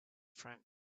front